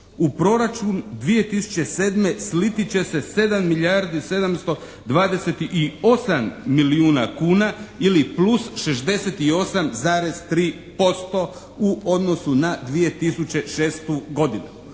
u Proračun 2007. sliti će se 7 milijardi 728 milijuna kuna ili plus 68,3% u odnosu na 2006. godinu.